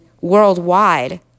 worldwide